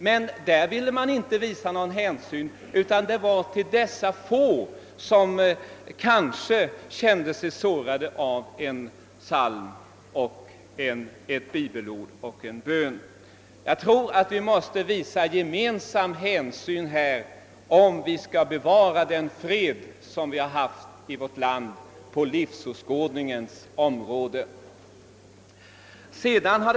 Men därvidlag ville man inte visa någon hänsyn; hänsynen skulle gälla endast dessa få som kanske känner sig sårade av en psalm, ett bibelord eller en bön. Jag tror att vi måste visa ömsesidig hänsyn om vi skall kunna bevara den fred på livsåskådningens område som vi haft i vårt land.